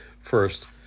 First